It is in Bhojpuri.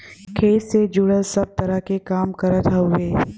खेती से जुड़ल सब तरह क काम करत हउवे